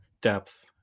depth